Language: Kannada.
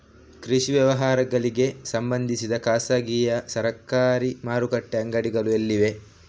ಕೃಷಿ ವ್ಯವಹಾರಗಳಿಗೆ ಸಂಬಂಧಿಸಿದ ಖಾಸಗಿಯಾ ಸರಕಾರಿ ಮಾರುಕಟ್ಟೆ ಅಂಗಡಿಗಳು ಎಲ್ಲಿವೆ?